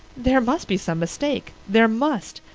there must be some mistake. there must.